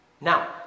Now